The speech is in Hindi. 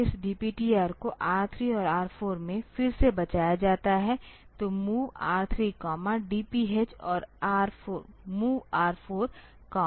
फिर इस DPTR को R 3 और R 4 में फिर से बचाया जाता है तोMOV R3DPH और MOV R4DPL